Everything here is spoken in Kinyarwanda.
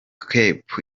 cap